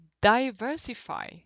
diversify